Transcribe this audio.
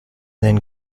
then